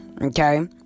okay